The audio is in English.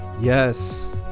yes